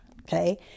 Okay